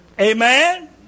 Amen